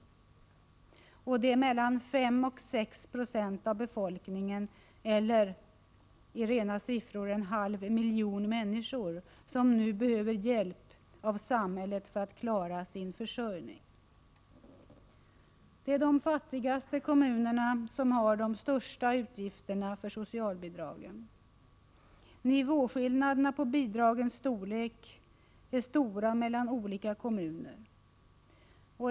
Mellan 5 70 och 6 96 av befolkningen eller i rena siffror en halv miljon människor behöver nu hjälp av samhället för att klara sin försörjning. Det är de fattigaste kommunerna som har de största utgifterna för socialbidragen. Nivåskillnaderna på bidragens storlek är stora mellan olika kommuner.